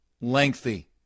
lengthy